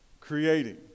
creating